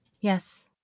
Yes